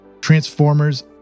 Transformers